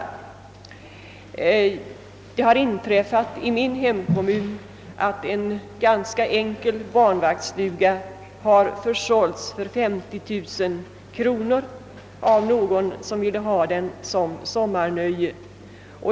Det har inträffat i min hemkommun att en ganska enkel banvaktsstuga har försålts för 50 000 kronor till en person som ville ha den som scmmarnöje.